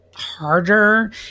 harder